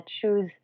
choose